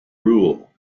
rule